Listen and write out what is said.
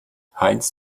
heinz